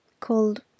Called